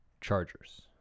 Chargers